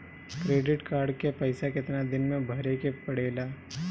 Credit card के पइसा कितना दिन में भरे के पड़ेला?